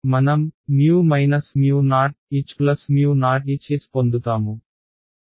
కాబట్టి మనం HoHs పొందుతాము